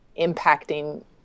impacting